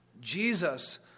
Jesus